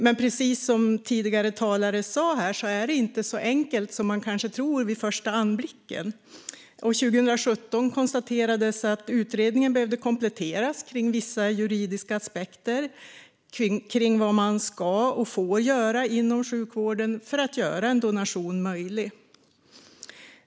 Men precis som tidigare talare sa är det inte så enkelt som man kanske tror vid första anblicken, och 2017 konstaterades att utredningen behövde kompletteras avseende vissa juridiska aspekter på vad man ska och får göra inom sjukvården för att göra en donation möjlig.